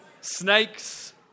snakes